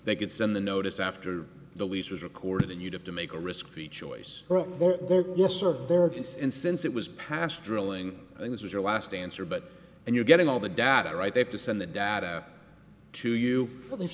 they could send the notice after the lease was recorded and you'd have to make a risky choice oh yes of the markets and since it was passed drilling and this was your last answer but and you're getting all the data right they have to send the data to you